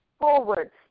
forward